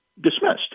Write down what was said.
dismissed